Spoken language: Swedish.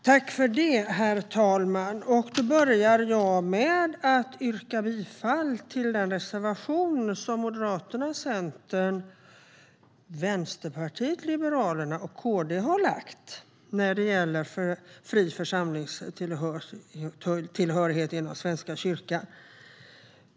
Herr talman! Jag börjar med att yrka bifall till den reservation som Moderaterna, Centern, Vänsterpartiet, Liberalerna och KD har lämnat när det gäller fri församlingstillhörighet inom Svenska kyrkan.